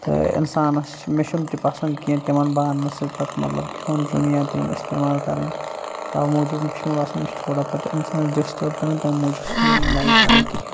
تہٕ اِنسانَس چھِ مےٚ چھُنہٕ تہِ پسنٛد کیٚنہہ تِمَن بانَن سۭتۍ پَتہٕ مطلب کھیوٚن چیوٚن یا تِم استعمال کَرٕنۍ تَوٕ موٗجوٗب یِم چھِ مےٚ باسان یِم چھِ تھوڑا پَتہٕ اِنسانَس ڈِسٹٲرٕب ک ران تَمہِ موٗجوٗب چھُس نہٕ بہٕ یِم لایِک کران کِہیٖنۍ